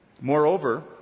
Moreover